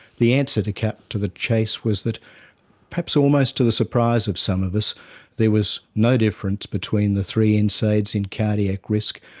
the answer, to cut to the chase, was that perhaps almost to the surprise of some of us there was no difference between the three and nsaids in cardiac risk.